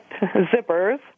zippers